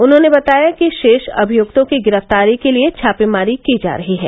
उन्होंने बताया कि शेष अभिय्क्तों की गिरफ्तारी के लिए छापेमारी की जा रही है